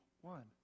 one